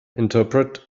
interpret